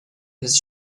his